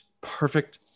perfect